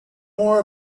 more